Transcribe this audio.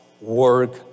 work